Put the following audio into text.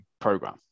program